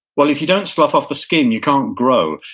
well, if you don't slough off the skin you can't grow.